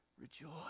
rejoice